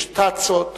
יש תצ"ות,